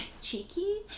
cheeky